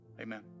Amen